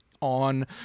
on